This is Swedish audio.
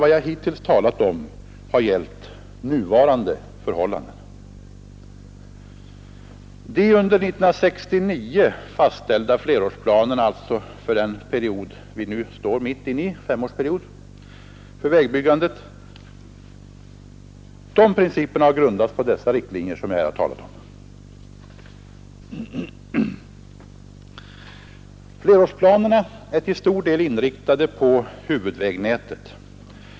Vad jag hittills talat om har gällt nuvarande förhållanden. Principerna för de under 1969 fastställda flerårsplanerna — alltså för den femårsperiod för vägbyggandet vi nu står mitt i — har grundats på de riktlinjer som jag här talat om. Flerårsplanerna är till stor del inriktade på huvudvägnätet.